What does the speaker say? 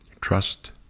Trust